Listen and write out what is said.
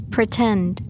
Pretend